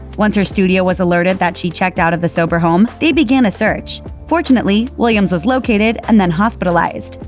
once her studio was alerted that she checked out of the sober home, they began a search. fortunately, williams was located and then hospitalized.